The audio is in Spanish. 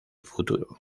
futuro